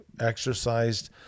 exercised